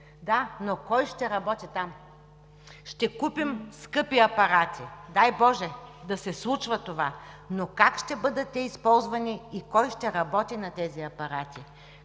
но кой ще работи там? Ще купим скъпи апарати, дай боже да се случва това, но как те ще бъдат използвани и кой ще работи на тези апарати?